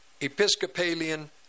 Episcopalian